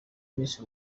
miss